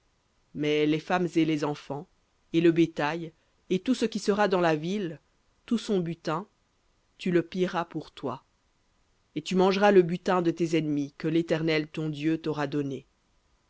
mais les femmes et les enfants et le bétail et tout ce qui sera dans la ville tout son butin tu le pilleras pour toi et tu mangeras le butin de tes ennemis que l'éternel ton dieu t'aura donné